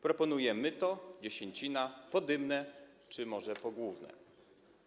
Proponuję myto, dziesięcina, podymne czy może pogłówne.